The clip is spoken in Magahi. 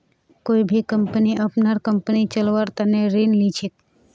कोई भी कम्पनी अपनार कम्पनी चलव्वार तने ऋण ली छेक